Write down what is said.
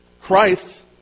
Christ